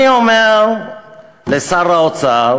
אני אומר לשר האוצר